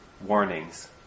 warnings